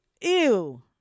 ew